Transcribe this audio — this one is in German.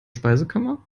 speisekammer